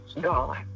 God